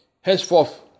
Henceforth